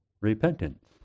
repentance